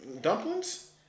Dumplings